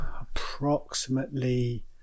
approximately